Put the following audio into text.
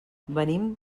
venim